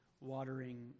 watering